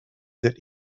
that